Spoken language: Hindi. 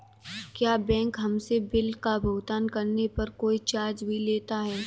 क्या बैंक हमसे बिल का भुगतान करने पर कोई चार्ज भी लेता है?